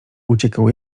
uciekał